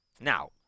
Now